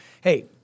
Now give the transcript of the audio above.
Hey